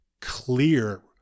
clear